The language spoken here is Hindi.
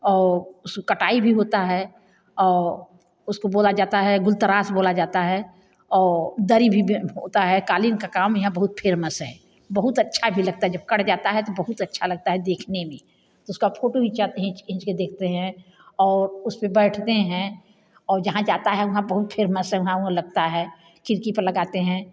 और उसकाी कटाई भी होती है और उसको बोला जाता है गुलतराश बोला जाता है और दरी भी होता है क़ालीन का काम यहाँ बहुत फेमस है बहुत अच्छा भी लगता है जब कट जाता है तो बहुत अच्छा लगता है देखने में तो उसका फोटो खींचाते हैं खींच खींच के देखते हैं और उस पर बैठते हैं और जहाँ जाता है वहाँ बहुत फेमस है वहाँ वो लगता है खिड़की पर लगाते हैं